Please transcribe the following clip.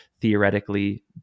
theoretically